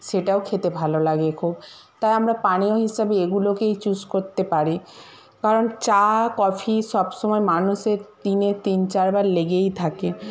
সেটাও খেতে ভালো লাগে খুব তাই আমরা পানীয় হিসেবে এগুলোকেই চুস করতে